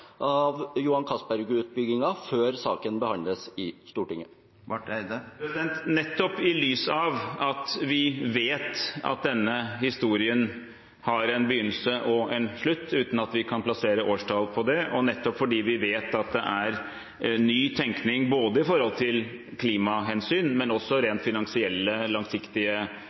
av Johan Castberg-utbyggingen før saken behandles i Stortinget? Nettopp i lys av at vi vet at denne historien har en begynnelse og en slutt – uten at vi kan plassere årstall på det – og nettopp fordi vi vet det er ny tenkning når det gjelder både klimahensyn og langsiktige finansielle